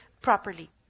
properly